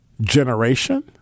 generation